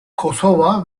kosova